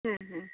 ହୁଁ ହୁଁ